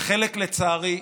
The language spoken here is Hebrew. וחלק, לצערי,